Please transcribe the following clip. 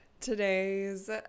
Today's